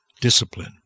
discipline